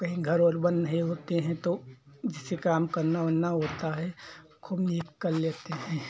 और कही घर वर बन रहे होते हैं तो जैसे काम करना वरना होता है खूब नीक कर लेते है